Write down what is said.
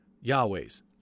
Yahweh's